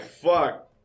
Fuck